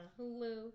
Hulu